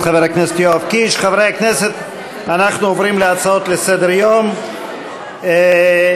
כולן, דרך אגב, נשפטות לשנים מאוד ארוכות.